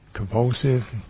Compulsive